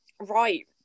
right